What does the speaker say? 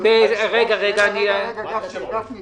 מה אכפת לך?